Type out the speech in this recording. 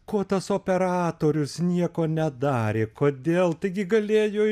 ko tas operatorius nieko nedarė kodėl taigi galėjo